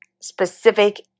specific